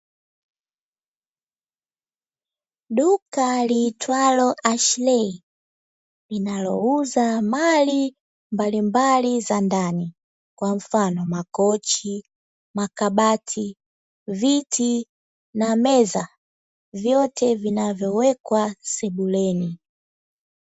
Duka liitwalo "Ashley", linalouza mali mbalimbali za ndani kwa mfano: makochi, makabati, viti na meza, vyote vinavyowekwa sebuleni.